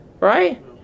Right